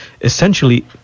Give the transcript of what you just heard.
essentially